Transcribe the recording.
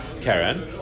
Karen